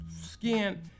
skin